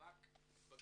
המאבק בגזענות.